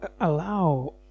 allow